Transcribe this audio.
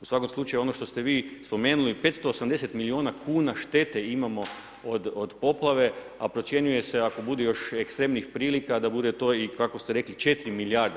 U svakom slučaju, ono što ste vi spomenuli 580 milijuna kuna štete imamo od poplave, a procjenjuje se, ako bude još ekstremnih prilika, da bude to i, kako ste rekli, 4 milijarde.